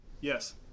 Yes